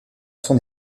son